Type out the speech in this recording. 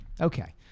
Okay